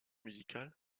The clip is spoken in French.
musicale